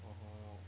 (uh huh)